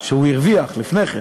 שהוא הרוויח לפני כן.